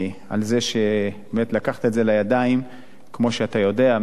על זה שלקחת את זה לידיים כמו שאתה יודע,